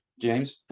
James